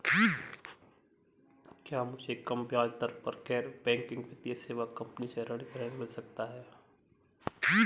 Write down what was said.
क्या मुझे कम ब्याज दर पर गैर बैंकिंग वित्तीय सेवा कंपनी से गृह ऋण मिल सकता है?